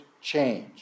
change